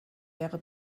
wäre